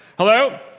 hello?